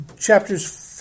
chapters